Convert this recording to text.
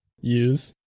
use